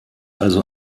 also